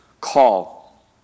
call